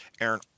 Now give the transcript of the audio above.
Aaron